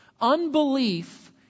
Unbelief